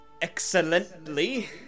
Excellently